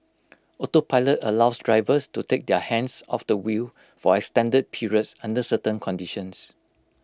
autopilot allows drivers to take their hands off the wheel for extended periods under certain conditions